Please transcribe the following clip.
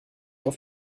auf